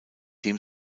dem